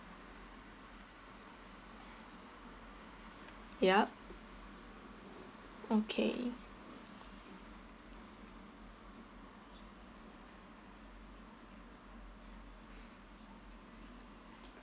yup okay